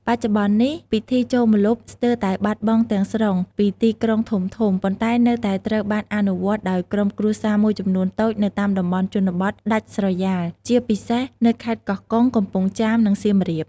បច្ចុប្បន្ននេះ ពិធីចូលម្លប់ស្ទើរតែបាត់បង់ទាំងស្រុងពីទីក្រុងធំៗ ប៉ុន្តែនៅតែត្រូវបានអនុវត្តដោយក្រុមគ្រួសារមួយចំនួនតូចនៅតាមតំបន់ជនបទដាច់ស្រយាល ជាពិសេសនៅខេត្តកោះកុង កំពង់ចាម និងសៀមរាប។